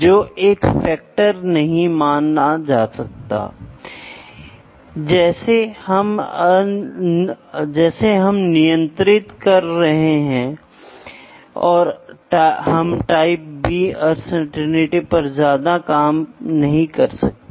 तो एक ऑब्जेक्ट तब आपके पास एक प्राइमरी डेटा होगा जहां तापमान मापा जाता है थर्मोकपल का उपयोग किया जाता है फिर हम क्या करते हैं यह थर्मोकपल डेटा वोल्टेज डेटा में परिवर्तित हो जाता है